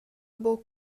buca